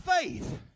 faith